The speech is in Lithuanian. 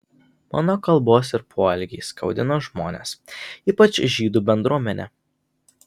mano kalbos ir poelgiai skaudino žmones ypač žydų bendruomenę